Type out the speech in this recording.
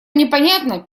непонятно